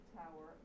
tower